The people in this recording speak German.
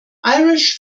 irish